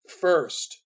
First